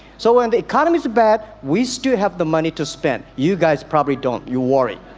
so when the economy's bad we still have the money to spend you guys probably don't you worried?